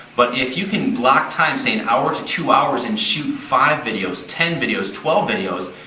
but if you can block time, say an hour to two hours, and shoot five videos, ten videos, twelve videos,